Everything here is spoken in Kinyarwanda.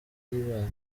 y’ibanga